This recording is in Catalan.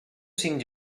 cinc